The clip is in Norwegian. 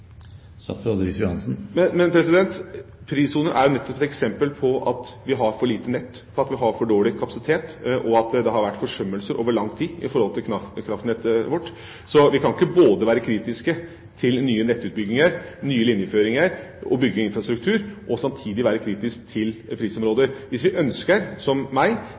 Prissoner er jo nettopp et eksempel på at vi har for lite nett, på at vi har for dårlig kapasitet og at det har vært forsømmelse over lang tid når det gjelder kraftnettet vårt. Vi kan ikke både være kritiske til nye nettutbygginger, nye linjeføringer og bygging av infrastruktur og samtidig være kritiske til prisområder. Hvis vi ønsker, som